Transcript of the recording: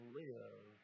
live